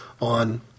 on